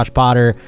potter